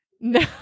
No